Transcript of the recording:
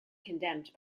condemned